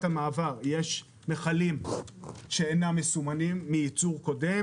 המעבר יש מכלים שאינם מסומנים מייצור קודם.